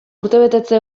urtebetetze